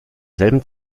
selben